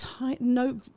no